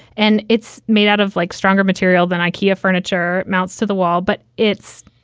and it's made out of like stronger material than ikea. furniture mounts to the wall, but it's,